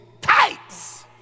Tights